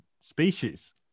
species